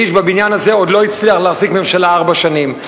איש בבניין הזה עוד לא הצליח להחזיק ממשלה ארבע שנים.